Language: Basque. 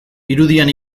irudian